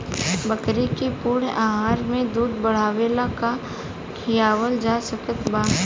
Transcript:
बकरी के पूर्ण आहार में दूध बढ़ावेला का खिआवल जा सकत बा?